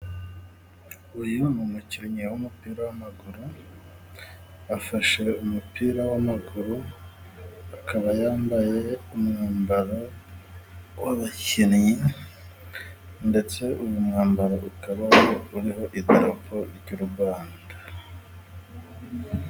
Uyu ni umukinnyi w'umupira w'amaguru afashe umupira w'amaguru akaba yambaye umwambaro w'abakinnyi ndetse uyu mwambaro ukaba uriho idarapo ry'u Rwanda.